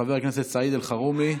חבר הכנסת סעיד אלחרומי.